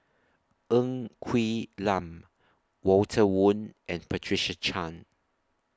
Ng Quee Lam Walter Woon and Patricia Chan